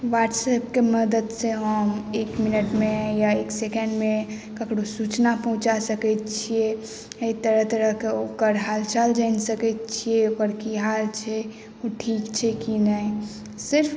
वट्सएपके मदद से हम एक मिनटमे या एक सेकण्डमे ककरो सूचना पहुँचा सकैत छियै तरह तरहके ओकर हाल चाल जानि सकैत छियै ओकर की हाल छै ओ ठीक छै कि नहि सिर्फ